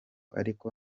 ariko